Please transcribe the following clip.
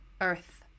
earth